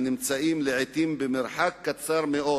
שנמצאים לעתים במרחק קצר מאוד